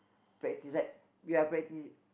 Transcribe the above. practice like we are practice